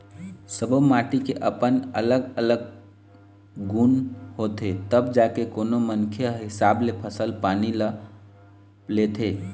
सब्बो माटी के अपन अलग अलग गुन होथे तब जाके कोनो मनखे ओ हिसाब ले फसल पानी ल लेथे